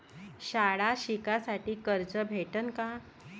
शाळा शिकासाठी कर्ज भेटन का?